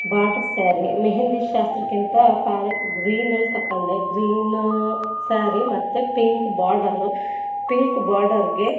border sari mehndi ಶಾಸ್ತ್ರಕ್ಕೆ ಅಂತ parrot ಗ್ರೀನಲ್ಲಿ ತಗೊಂಡೆ ಗ್ರೀನು ಸ್ಯಾರಿ ಮತ್ತೆ ಪಿಂಕ್ ಬಾರ್ಡರು ಪಿಂಕ್ ಬಾರ್ಡರ್ಗೆ